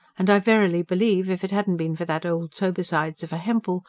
and i verily believe, if it hadn't been for that old sober-sides of a hempel,